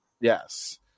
yes